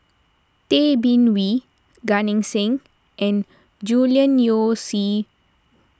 Tay Bin Wee Gan Eng Seng and Julian Yeo See